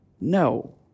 No